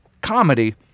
comedy